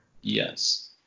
Yes